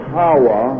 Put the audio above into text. power